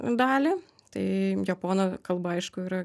dalį tai japonų kalba aišku yra